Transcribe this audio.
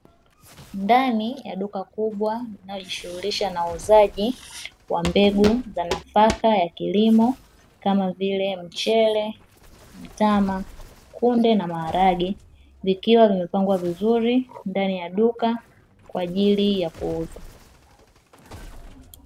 Ndani ya duka kubwa linalojishuhulisha na uuzaji wa mbegu za nafaka ya kilimo kama vile: mchele, mtama, kunde na maharage, vikiwa vimepangwa vizuri ndani ya duka kwa ajili ya kuuzwa.